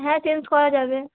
হ্যাঁ চেঞ্জ করা যাবে